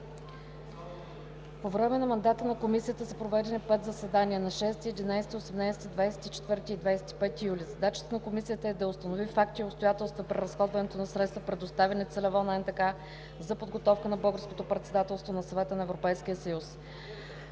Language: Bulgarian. „По време на мандата на Комисията са проведени пет заседания – на 6, 11, 18, 24 и 25 юли 2017 г. Задачата на Комисията е да установи факти и обстоятелства при разходването на средства, предоставени целево на НДК за подготовка на българското председателство на Съвета на Европейския съюз.